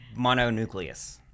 mononucleus